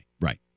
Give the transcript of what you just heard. right